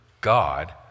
God